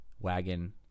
wagon